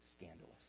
scandalous